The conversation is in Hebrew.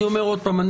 אני אומר עוד פעם,